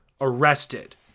arrested